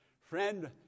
Friend